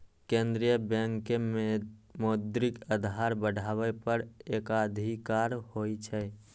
केंद्रीय बैंक के मौद्रिक आधार बढ़ाबै पर एकाधिकार होइ छै